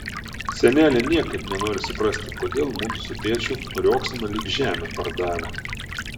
senelė niekaip nenori suprasti kodėl mudu su tėčiu riogsome lyg žemę pardavę